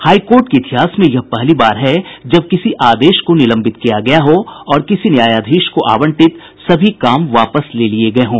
high court के इतिहास में यह पहली बार है जब किसी आदेश को निलंबित किया गया हो और किसी न्यायाधीश को आवंटित सभी काम वापस ले लिये गये हों